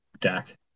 Dak